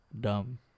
dumb